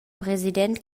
president